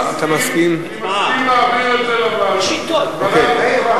אני מסכים להעביר את זה לוועדת החוקה.